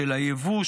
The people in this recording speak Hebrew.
של היבוא,